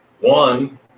One